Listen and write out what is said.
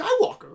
Skywalker